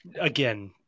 again